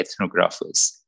ethnographers